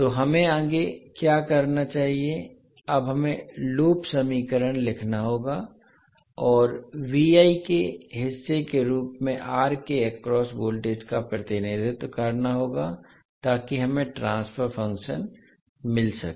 तो हमें आगे क्या करना चाहिए अब हमें लूप समीकरण लिखना होगा और के हिस्से के रूप में R के अक्रॉस वोल्टेज का प्रतिनिधित्व करना होगा ताकि हमें ट्रांसफर फंक्शन मिल सके